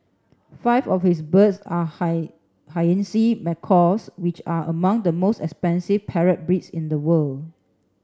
five of his birds are hyacinth macaws which are among the most expensive parrot breeds in the world